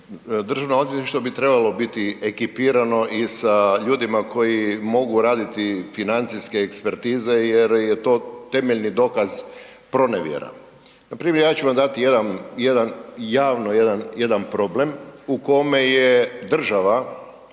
Državno odvjetništvo bi trebalo biti ekipirano i sa ljudima koji mogu raditi financijske ekspertize jer je to temeljni dokaz pronevjera. Npr. ja ću vam dati jedan, javno jedan problem u kome je država